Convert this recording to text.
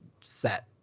set